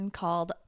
called